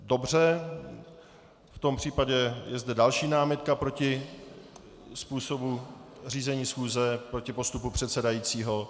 Dobře, v tom případě je zde další námitka proti způsobu řízení schůze, proti postupu předsedajícího.